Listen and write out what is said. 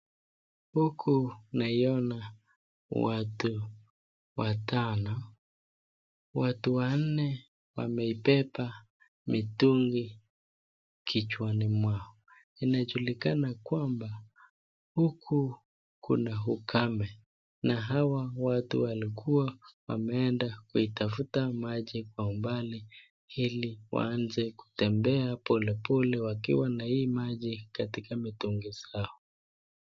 Huku naiona watu watano. Watu wanne wamebeba mitungi kijwani mwao. IInajulikana kwamba huku kuna ukame na hawa watu walikuwa wameenda kutafuta maji kwa umbali ili waanze kutembea polepole wakiwa na hii maji katika mitungi zao.